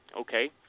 Okay